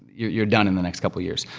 you're you're done in the next couple years.